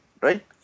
right